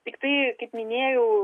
tiktai kaip minėjau